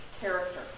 character